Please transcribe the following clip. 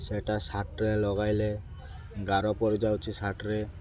ସେଇଟା ସାାର୍ଟରେ ଲଗାଇଲେ ଗାର ପଡ଼ି ଯାଉଛି ସାର୍ଟରେ